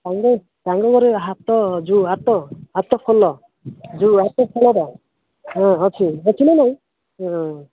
ତାଙ୍କେ ତାଙ୍କ ଘରେ ହାତ ଯେଉଁ ହାତ ହାତ ଖୋଲ ଯେଉଁ ହାତ ହଁ ଅଛି ଅଛି ନା ନାହିଁ